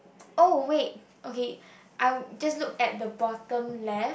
oh wait okay I just look at the bottom left